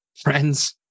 friends